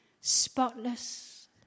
spotless